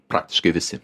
praktiškai visi